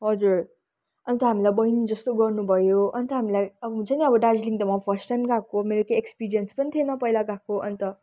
हजुर अन्त हामीलाई बहिनी जस्तै गर्नुभयो अन्त हामीलाई अब हुन्छ नि अब दार्जिलिङ त म फर्स्ट टाइम गएको मेरो केही एक्सपिरियन्स पनि थिएन पहिला गएको अन्त